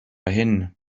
hin